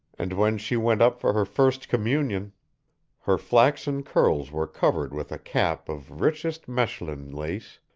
and when she went up for her first communion her flaxen curls were covered with a cap of richest mechlin lace,